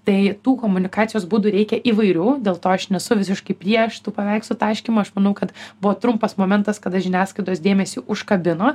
tai tų komunikacijos būdų reikia įvairių dėl to aš nesu visiškai prieš tų paveikslų taškymą aš manau kad buvo trumpas momentas kada žiniasklaidos dėmesį užkabino